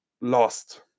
lost